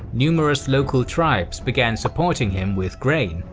numerous local tribes began supporting him with grain,